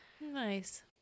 Nice